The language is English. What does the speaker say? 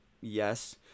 yes